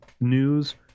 news